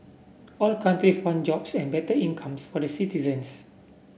all countries want jobs and better incomes for the citizens